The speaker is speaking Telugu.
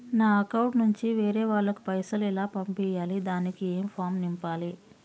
నా అకౌంట్ నుంచి వేరే వాళ్ళకు పైసలు ఎలా పంపియ్యాలి దానికి ఏ ఫామ్ నింపాలి?